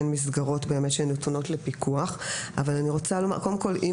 אלה מסגרות הנתונות לפיקוח אבל אני רוצה לומר שאם